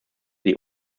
die